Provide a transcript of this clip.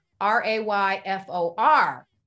R-A-Y-F-O-R